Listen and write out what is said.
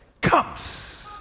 comes